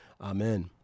Amen